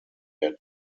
werden